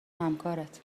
همکارت